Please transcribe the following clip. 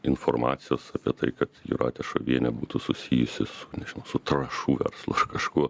informacijos apie tai kad jūratė šovienė būtų susijusi su nežinau su trąšų verslu ar kažkuo